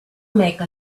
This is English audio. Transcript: make